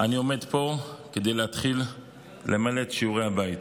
אני עומד פה כדי להתחיל למלא את שיעורי הבית.